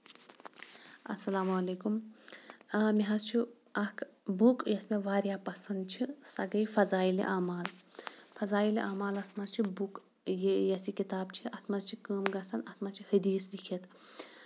اَسلام علیکُم آ مےٚ حظ چھُ اکھ بُک یۄس مےٚ واریاہ پَسند چھِ سۄ گٔے فَضایلہِ اعمال فضایلہِ اعمالَس منٛز چھُ بُک یۄس یہِ کِتاب چھِ اَتھ منٛز چھِ کٲم گژھان اَتھ منٛز چھُ حٔدیٖث تہِ